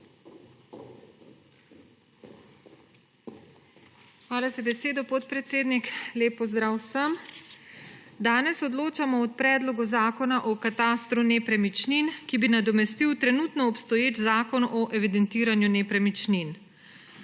Hvala za besedo, podpredsednik. Lep pozdrav vsem! Danes odločamo o Predlogu zakona o katastru nepremičnin, ki bi nadomestil trenutno obstoječ Zakon o evidentiranju nepremičnin.